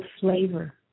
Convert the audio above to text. flavor